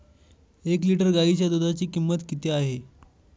एक लिटर गाईच्या दुधाची किंमत किती आहे?